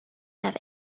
have